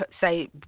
say